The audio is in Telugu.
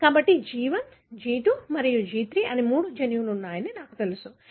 కాబట్టి G1 G2 మరియు G3 అనే మూడు జన్యువులు ఉన్నాయని నాకు తెలుసు